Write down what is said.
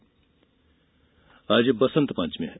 बंसत पंचमी आज बसंत पंचमी है